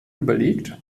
überlegt